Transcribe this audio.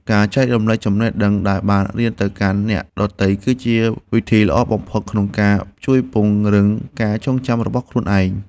ការចែករំលែកចំណេះដឹងដែលបានរៀនទៅកាន់អ្នកដទៃ គឺជាវិធីដ៏ល្អបំផុតក្នុងការជួយពង្រឹងការចងចាំរបស់ខ្លួនឯង។